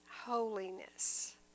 holiness